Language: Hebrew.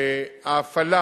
ההפעלה